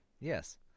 Yes